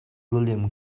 william